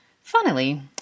Funnily